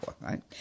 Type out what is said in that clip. right